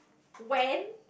when